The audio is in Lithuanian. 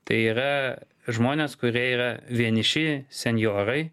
tai yra žmonės kurie yra vieniši senjorai